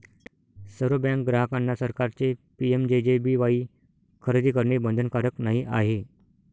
सर्व बँक ग्राहकांना सरकारचे पी.एम.जे.जे.बी.वाई खरेदी करणे बंधनकारक नाही आहे